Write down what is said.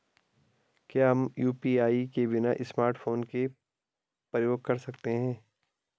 क्या हम यु.पी.आई को बिना स्मार्टफ़ोन के प्रयोग कर सकते हैं?